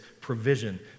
provision